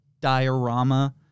diorama